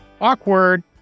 awkward